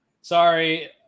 Sorry